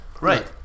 Right